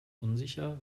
unsicher